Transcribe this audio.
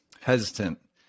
hesitant